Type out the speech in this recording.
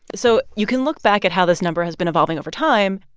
so you can look back at how this number has been evolving over time.